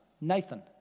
Nathan